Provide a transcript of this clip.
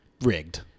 rigged